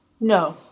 no